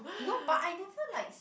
no but I never like